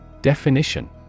Definition